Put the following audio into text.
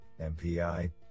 MPI